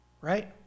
right